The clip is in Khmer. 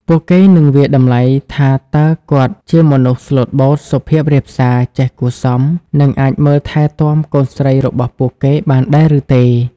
ពួកគេនឹងវាយតម្លៃថាតើគាត់ជាមនុស្សស្លូតបូត សុភាពរាបសា ចេះគួរសម និងអាចមើលថែទាំកូនស្រីរបស់ពួកគេបានដែរឬទេ។